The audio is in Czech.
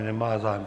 Nemá zájem.